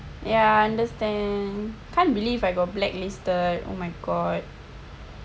ya understand can't believe I got blacklisted oh my god